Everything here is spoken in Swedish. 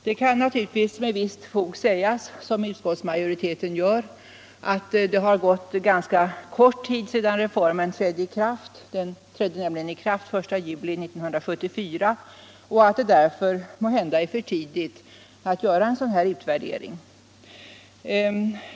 Det kan naturligtvis med viss fog sägas, som utskottsmajoriteten gör, att det har gått ganska kort tid sedan reformen trädde i kraft — den 1 juli 1974 — och att det därför måhända är för tidigt att göra en sådan här utvärdering.